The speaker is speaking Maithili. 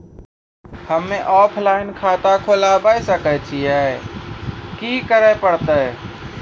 हम्मे ऑफलाइन खाता खोलबावे सकय छियै, की करे परतै?